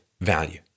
value